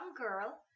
girl